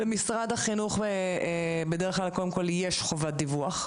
למשרד החינוך בדרך כלל יש חובת דיווח,